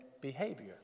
behavior